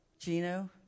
Gino